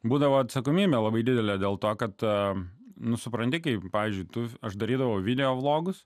būdavo atsakomybę labai didelę dėl to kad ta nu supranti kaip pavyzdžiui tu aš darydavau videologus